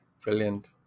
Brilliant